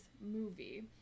movie